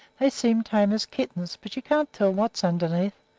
they seem tame as kittens, but you can't tell what's underneath.